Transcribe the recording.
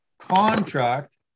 contract